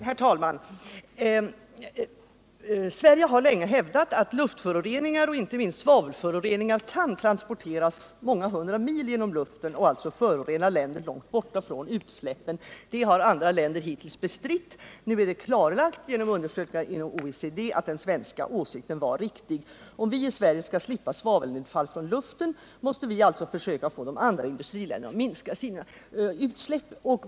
Herr talman! Sverige har länge hävdat att luftföroreningar och inte minst svavelföroreningar kan transporteras många hundra mil genom luften och alltså förorena länder långt borta från utsläppen. Det har andra länder hittills bestritt. Nu är det klarlagt genom undersökningar inom OECD att den svenska åsikten var riktig. Om vi i Sverige skall slippa svavelnedfall från luften, måste vi alltså försöka få de andra industriländerna att minska sina utsläpp.